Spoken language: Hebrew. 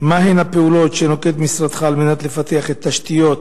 מהן הפעולות שנוקט משרדך על מנת לפתח את תשתיות